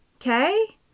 Okay